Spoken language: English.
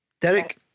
Derek